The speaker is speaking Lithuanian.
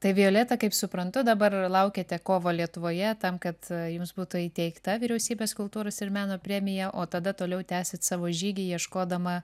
tai violeta kaip suprantu dabar laukiate kovo lietuvoje tam kad jums būtų įteikta vyriausybės kultūros ir meno premija o tada toliau tęsit savo žygį ieškodama